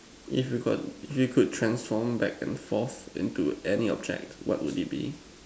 if you got if you could transform back and forth into object what would it be